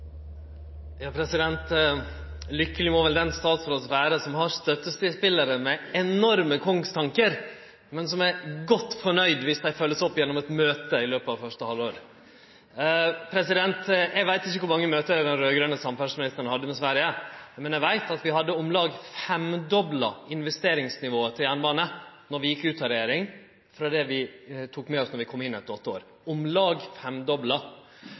godt fornøgd dersom dei blir følgde opp gjennom eit møte i det første halvåret! Eg veit ikkje kor mange møte den raud-grøne samferdselsministeren hadde med Sverige, men eg veit at vi hadde om lag femdobla investeringsnivået til jernbanen då vi gjekk ut av regjeringa etter åtte år, samanlikna med det vi hadde då vi kom inn – om lag